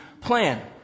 plan